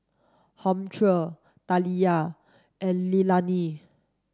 Humphrey Taliyah and Leilani